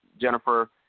Jennifer